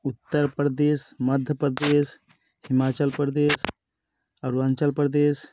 Uttar Pradesh Madhya Pradesh Himachal Pradesh Arunachal Pradesh